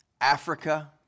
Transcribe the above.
Africa